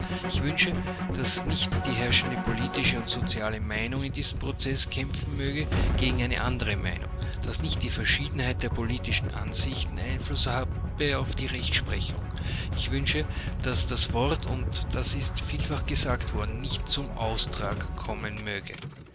ich wünsche daß nicht die herrschende politische und soziale meinung in diesem prozesse kämpfen möge gegen eine andere meinung daß nicht die verschiedenheit der politischen ansichten einfluß habe auf die rechtsprechung ich wünsche daß das wort und das ist vielfach gesagt worden nicht zum austrag kommen möge